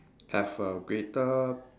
have a greater